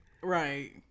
right